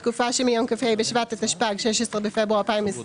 בתקופה שמיום כ"ה בשבט התשפ"ג (16 בפברואר 2023)